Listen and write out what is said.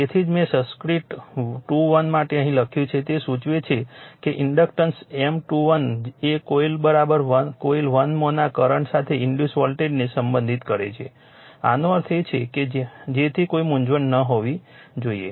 તેથી જ મેં સબસ્ક્રીપ્ટ 2 1 માટે અહીં લખ્યું છે તે સૂચવે છે કે ઇન્ડક્ટન્સ M21 એ કોઇલ કોઇલ 1 માંના કરંટ સાથે ઇન્ડ્યુસ વોલ્ટેજને સંબંધિત કરે છે આનો અર્થ છે જેથી કોઈ મૂંઝવણ ન થવી જોઈએ